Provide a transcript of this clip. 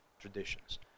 traditions